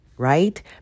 Right